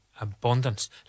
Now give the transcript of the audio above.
abundance